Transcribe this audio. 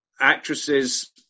actresses